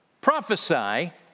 prophesy